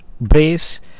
brace